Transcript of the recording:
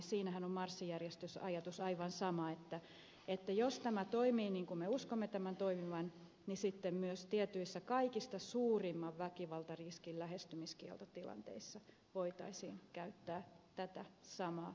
siinähän on marssijärjestysajatus aivan sama että jos tämä toimii niin kuin me uskomme tämän toimivan niin sitten myös tietyissä kaikista suurimman väkivaltariskin lähestymiskieltotilanteissa voitaisiin käyttää tätä samaa tekniikkaa